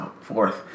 Fourth